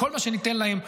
כל מה שניתן להם,